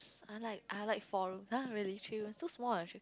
I like I like four room ah really three rooms so small ah three